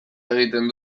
egiten